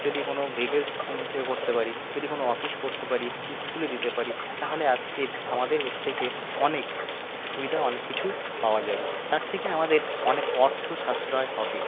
যদি কোনো ভেহিকলস এ করতে পারি যদি কোনো অফিস করতে পারি স্কুলে দিতে পারি তাহলে আজকে আমাদের এর থেকে অনেক সুবিধা অনেক কিছু পাওয়া যাবে তার থেকে আমাদের অনেক অর্থ সাশ্রয় হবে